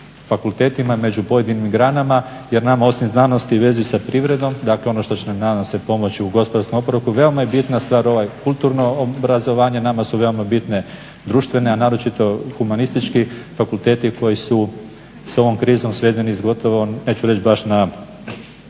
fakultetima i među pojedinim granama jer nama osim znanosti i vezi sa privredom, dakle ono što će nam nadam se pomoći u gospodarskom oporavku, veoma je bitna stvar ovo kulturno obrazovanje, nama su veoma bitne društvene, a naročito humanistički fakulteti koji su s ovom krizom svedeni gotovo, neću reći baš na